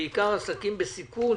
בעיקר עסקים בסיכון,